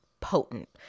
potent